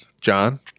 John